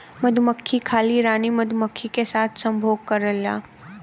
मधुमक्खी खाली रानी मधुमक्खी के साथ संभोग करेला